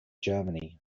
germany